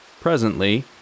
Presently